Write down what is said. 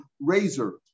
razor